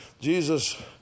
Jesus